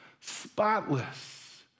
spotless